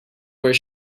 where